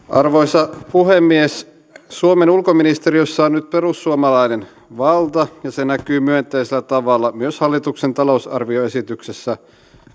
arvoisa puhemies suomen ulkoministeriössä on nyt perussuomalainen valta ja se näkyy myönteisellä tavalla myös hallituksen talousarvioesityksessä